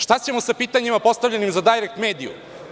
Šta ćemo sa pitanjima postavljenim za „Dajrekt mediju“